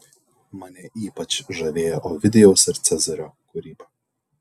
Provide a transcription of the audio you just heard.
mane ypač žavėjo ovidijaus ir cezario kūryba